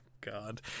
God